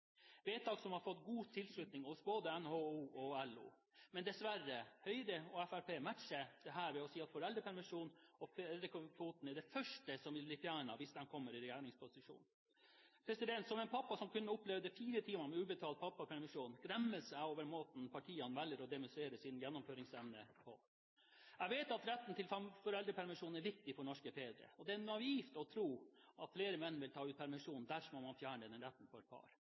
vedtak som har fått god tilslutning hos både NHO og LO. Men dessverre: Høyre og Fremskrittspartiet matcher dette med å si at foreldrepermisjonen og fedrekvoten er det første som vil bli fjernet hvis de kommer i regjeringsposisjon. Som en pappa som kun opplevde fire timer med ubetalt pappapermisjon, gremmes jeg over måten partiene velger å demonstrere sin gjennomføringsevne på. Jeg vet at retten til foreldrepermisjon er viktig for norske fedre. Det er naivt å tro at flere menn vil ta ut permisjon dersom man fjerner denne retten